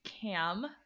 CAM